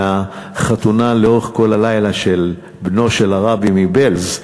מהחתונה לאורך כל הלילה של בנו של הרבי מבעלז,